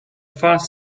fast